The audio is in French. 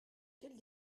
quelle